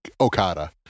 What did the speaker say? Okada